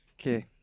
Okay